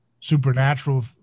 supernatural